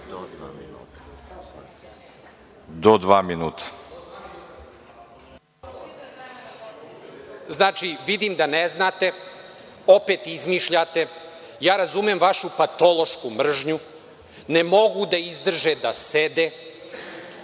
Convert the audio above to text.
Radulović** Znači: „vidim da ne znate, opet izmišljate, ja razumem vašu patološku mržnju, ne mogu da izdrže da sede,